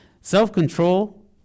Self-control